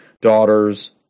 daughters